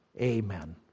Amen